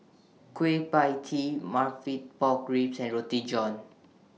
Kueh PIE Tee Pork Ribs and Roti John